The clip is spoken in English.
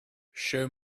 show